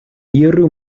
iru